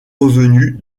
revenu